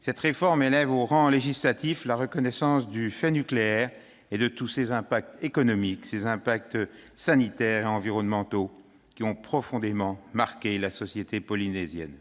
cette réforme élève au rang législatif la reconnaissance du fait nucléaire et de toutes ses incidences économiques, sanitaires et environnementales, qui ont profondément marqué la société polynésienne.